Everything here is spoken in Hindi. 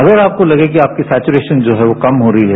अगर आपको लगे कि आपकी सैचूरेशन जो है वो कम हो रही है